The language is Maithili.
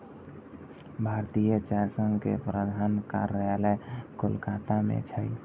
भारतीय चाय संघ के प्रधान कार्यालय कोलकाता मे छै